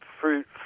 fruit